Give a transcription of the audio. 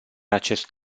acest